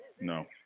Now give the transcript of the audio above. No